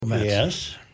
Yes